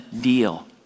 deal